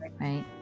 right